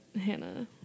Hannah